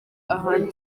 ahandi